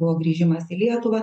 buvo grįžimas į lietuvą